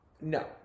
No